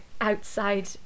outside